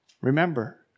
Remember